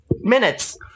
minutes